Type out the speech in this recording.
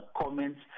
comments